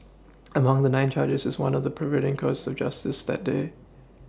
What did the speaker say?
among the nine charges is one of perverting the course of justice that day